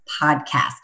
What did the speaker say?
podcast